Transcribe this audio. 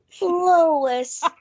Lois